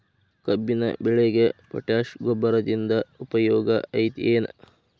ಕಬ್ಬಿನ ಬೆಳೆಗೆ ಪೋಟ್ಯಾಶ ಗೊಬ್ಬರದಿಂದ ಉಪಯೋಗ ಐತಿ ಏನ್?